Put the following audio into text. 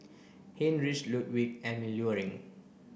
Heinrich Ludwig Emil Luering